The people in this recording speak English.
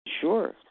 Sure